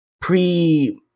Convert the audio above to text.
pre-